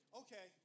okay